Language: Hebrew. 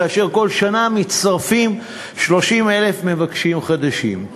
כאשר כל שנה מצטרפים 30,000 מבקשים חדשים.